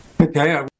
Okay